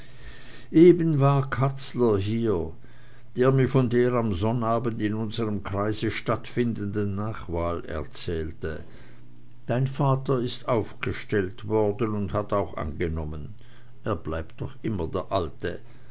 eben war katzler hier der mir von der am sonnabend in unserm kreise stattfindenden nachwahl erzählte dein vater ist aufgestellt worden und hat auch angenommen er bleibt doch immer der alte